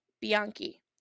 Bianchi